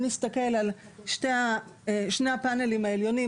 אם נסתכל על שני הפאנלים העליונים,